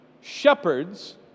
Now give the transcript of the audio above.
Shepherds